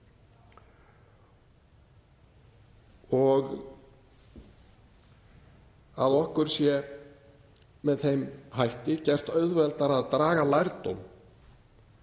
og að okkur sé með þeim hætti gert auðveldara að draga lærdóm